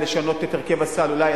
ולשנות את הרכב הסל אולי,